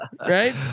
Right